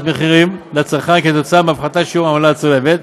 מחירים לצרכן עקב הפחתת שיעור העמלה הצולבת,